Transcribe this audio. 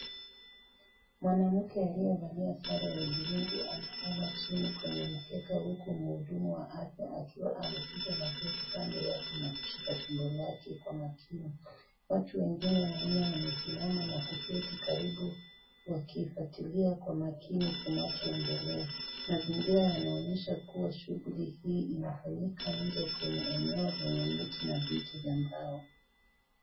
Mwanamke aliyevalia sare ya udhurungi analala chini kwenye mkeka. Huku mhudumu wa afya akiwa amepiga magoti kando yake na kushika tumbo lake kwa makini. Watu wengine wamesimama na kuketi karibu wakifwatilia kwa makini kinachoendelea. Mazingira yanaonyesha kuwa shughuli hii inafanyika nje kwenye eneo kwenye miti na viti vya mbao.